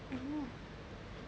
mmhmm